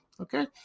Okay